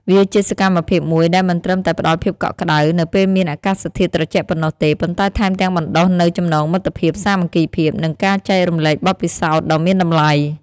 វាជាសកម្មភាពមួយដែលមិនត្រឹមតែផ្ដល់ភាពកក់ក្ដៅ នៅពេលមានអាកាសធាតុត្រជាក់ប៉ុណ្ណោះទេ ប៉ុន្តែថែមទាំងបណ្ដុះនូវចំណងមិត្តភាព សាមគ្គីភាព និងការចែករំលែកបទពិសោធន៍ដ៏មានតម្លៃ។